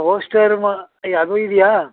Hotstar ಮಾ ಯ ಅದೂ ಇದೆಯಾ